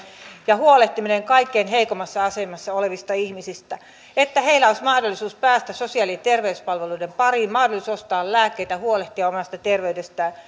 ja huolehtiminen kaikkein heikoimmassa asemassa olevista ihmisistä että heillä olisi mahdollisuus päästä sosiaali terveyspalveluiden pariin mahdollisuus ostaa lääkkeitä huolehtia omasta terveydestään